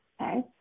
Okay